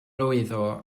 lwyddo